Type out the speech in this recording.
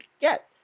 get